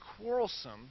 quarrelsome